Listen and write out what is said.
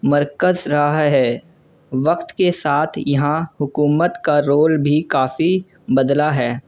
مرکز رہا ہے وقت کے ساتھ یہاں حکومت کا رول بھی کافی بدلا ہے